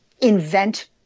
invent